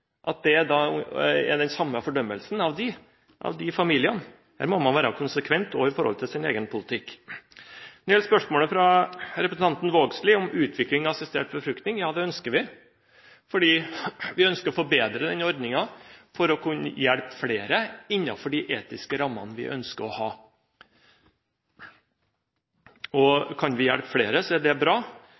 at forslagene virker slik, den samme fordømmelsen av de familiene? Her må man være konsekvent, også når det gjelder sin egen politikk. Så til spørsmålet fra representanten Vågslid om utvikling av assistert befruktning: Ja, det ønsker vi, fordi vi ønsker å forbedre den ordningen for å kunne hjelpe flere innenfor de etiske rammene vi ønsker å ha. Kan vi hjelpe flere, er det bra,